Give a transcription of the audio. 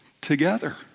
together